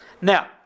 Now